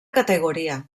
categoria